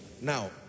Now